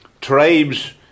tribes